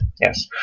Yes